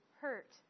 hurt